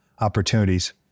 opportunities